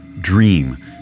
dream